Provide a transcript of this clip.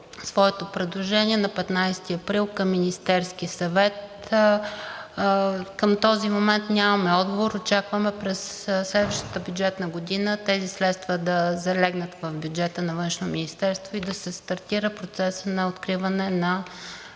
своето предложение на 15 април към Министерския съвет. Към този момент нямаме отговор. Очакваме през следващата бюджетна година тези средства да залегнат в бюджета на Външно министерство и да се стартира процесът на откриване на